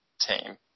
team